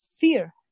fear